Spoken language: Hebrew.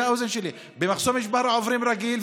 במחסום ג'בארה עוברים רגיל,